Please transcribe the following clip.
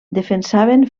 defensaven